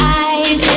eyes